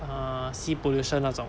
uh sea pollution 那种